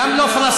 גם לא "פלסטינים",